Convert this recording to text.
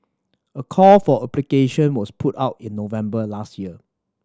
a call for application was put out in November last year